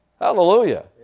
Hallelujah